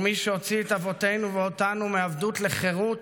ומי שהוציא את אבותינו ואותנו מעבדות לחירות,